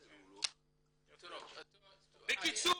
--- בקיצור,